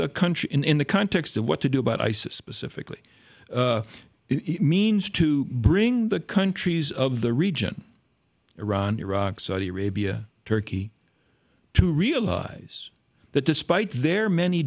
the country in the context of what to do about isis specifically it means to bring the countries of the region iran iraq saudi arabia turkey to realize that despite their many